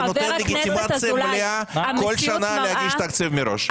זה נותן לגיטימציה מלאה כל שנה להגיש תקציב מראש.